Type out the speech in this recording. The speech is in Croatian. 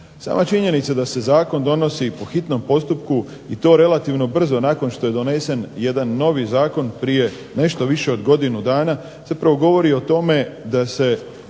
Sama činjenica da se zakon donosi po hitnom postupku i to relativno brzo nakon što je donesen jedan novi zakon prije nešto više od godinu dana, zapravo govori o tome da se